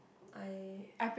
I